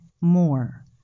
more